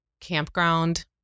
campground